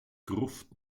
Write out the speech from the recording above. gruft